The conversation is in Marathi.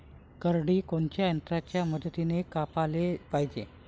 करडी कोनच्या यंत्राच्या मदतीनं कापाले पायजे?